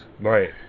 Right